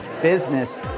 business